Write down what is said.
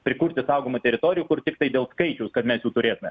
prikurti saugomų teritorijų kur tiktai dėl skaičiaus kad mes jų turėtume